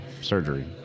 surgery